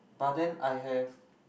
but then I have